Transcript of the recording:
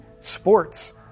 sports